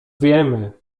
wiemy